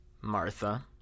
Martha